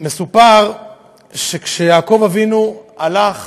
מסופר שכשיעקב אבינו הלך